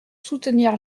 soutenir